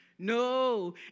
No